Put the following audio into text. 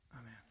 Amen